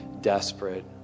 desperate